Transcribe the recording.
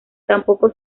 tampoco